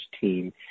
team